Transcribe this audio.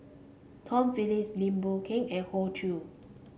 Tom Phillips Lim Boon Keng and Hoey Choo